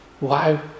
Wow